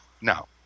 now